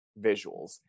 visuals